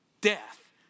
death